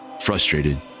Frustrated